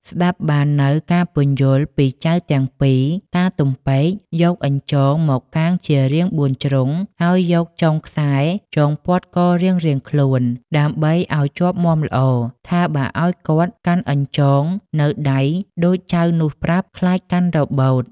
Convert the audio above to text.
ស្តាប់បាននូវការពន្យល់ពីចៅទាំងពីរ តាទំពែក យកអញ្ចងមកកាងជារាង៤ជ្រុង ហើយ យកចុងខ្សែចងព័ន្ធករៀងៗខ្លួនដើម្បីឱ្យជាប់មាំល្អ ថាបើឱ្យគាត់កាន់អញ្ចងនៅដៃដូចចៅនោះប្រាប់ ខ្លាចកាន់របូត។